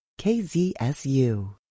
KZSU